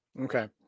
Okay